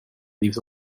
leaves